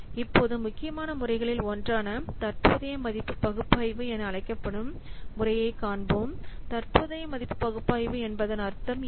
இப்போது முக்கியமான முறைகளில் ஒன்றான தற்போதைய மதிப்பு பகுப்பாய்வு என அழைக்கப்படும் முறையை காண்போம் தற்போதைய மதிப்பு பகுப்பாய்வு என்பதன் அர்த்தம் என்ன